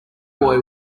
boy